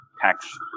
tax